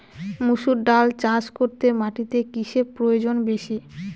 মুসুর ডাল চাষ করতে মাটিতে কিসে প্রয়োজন বেশী?